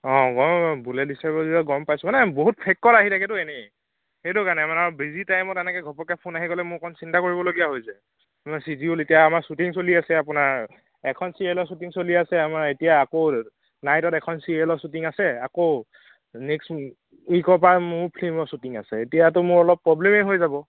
হয় বুলে দিছে বুলি যেতিয়া গম পাইছোঁ মানে বহুত ফেইক কল আহি থাকেটো এনেই সেইটো কাৰণে মানে বিজি টাইমত এনেকৈ ঘপককৈ ফোন আহি গ'লে মোৰ অকণমান চিন্তা কৰিবলগীয়া হৈ যায় শ্বিডিউল এতিয়া আমাৰ শ্বুটিং চলি আছে আপোনাৰ এখন ছিৰিয়েলৰ শ্বুটিং চলি আছে আমাৰ এতিয়া আকৌ নাইটত এখন ছিৰিয়েলৰ শ্বুটিং আছে আকৌ নেক্সট ৱিকৰ পৰা মোৰ ফিল্মৰ শ্বুটিং আছে এতিয়াতো মোৰ অলপ প্ৰব্লেমেই হৈ যাব